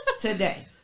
today